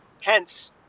Hence